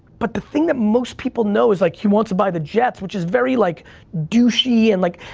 but the thing that most people know is like, he wants to buy the jets, which is very like douchey, and like,